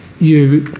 you